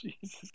Jesus